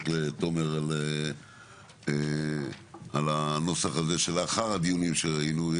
לתומר על הנוסח הזה שלאחר הדיונים שראינו,